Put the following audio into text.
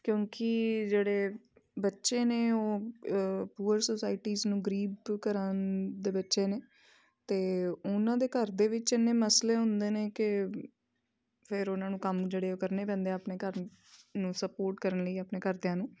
ਕਿਉਂਕਿ ਜਿਹੜੇ ਬੱਚੇ ਨੇ ਉਹ ਪੂਅਰ ਸੋਸਾਇਟੀਜ ਨੂੰ ਗਰੀਬ ਘਰਾਂ ਦੇ ਬੱਚੇ ਨੇ ਅਤੇ ਉਹਨਾਂ ਦੇ ਘਰ ਦੇ ਵਿੱਚ ਇੰਨੇ ਮਸਲੇ ਹੁੰਦੇ ਨੇ ਕਿ ਫਿਰ ਉਹਨਾਂ ਨੂੰ ਕੰਮ ਜਿਹੜੇ ਉਹ ਕਰਨੇ ਪੈਂਦੇ ਆਪਣੇ ਘਰ ਨੂੰ ਸਪੋਰਟ ਕਰਨ ਲਈ ਆਪਣੇ ਘਰਦਿਆਂ ਨੂੰ